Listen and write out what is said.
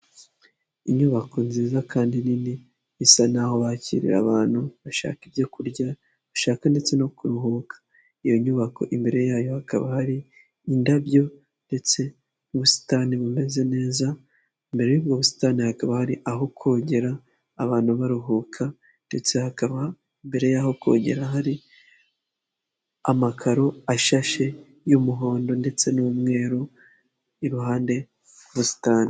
Inyubako nziza kandi nini isa naho bakiriye abantu bashaka ibyo kurya bashaka ndetse no kuruhuka .Iyo nyubako imbere yayo hakaba hari indabyo ndetse n'ubusitani bumeze neza mbere y'ubwo busitani hakaba aho kogera abantu baruhuka ndetse hakaba mbere yaho kogera hari amakaro ashashe y'umuhondo ndetse n'umweru iruhande rw'ubusitani.